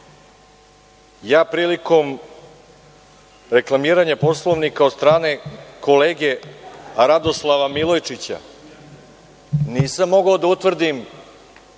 prilikom reklamiranja Poslovnika od strane kolege Radoslava Milojčića nisam mogao da utvrdim